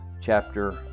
chapter